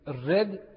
Red